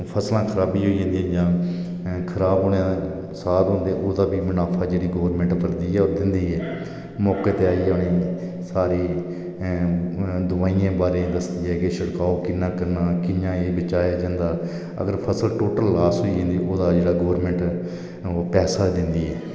फसलां खराबी होई जंदी तां खराब होने दा आसार होंदे ओहदा बी मुनाफा जेहड़ी गवर्नमैंट जेहड़ी ऐ ओह् दिंदी ऐ मौंके ते आई जानी सारी दबाइयें बारे दसदी ऐ तुस एह् लैओ किन्ना किन्ना कियां एह् बचाया जंदा अगर फसल टोटल लास होई जंदी ते ओहदा जेहड़ा गवर्नमैंट पैसा दिंदी ऐ